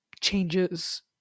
changes